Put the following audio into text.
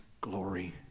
glory